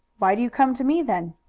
why do you come to me, then?